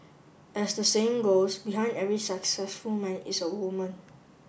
as the saying goes Behind every successful man is a woman